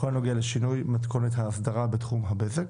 בכל הנוגע לשינוי מתכונת ההסדרה בתחום הבזק,